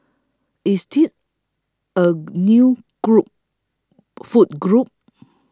is tea a new group food group